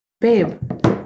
babe